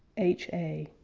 h a.